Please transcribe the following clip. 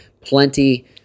Plenty